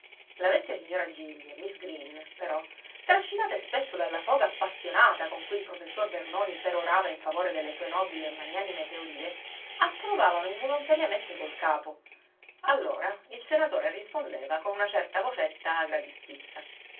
la vecchia signora gilli e miss green però trascinate spesso dalla foga appassionata con cui il professor vernoni perorava in favore delle sue nobili e magnanime teorie approvavano involontariamente col capo allora il senatore rispondeva con una certa vocetta agra di stizza